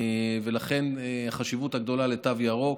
ולכן החשיבות הגדולה של התו הירוק.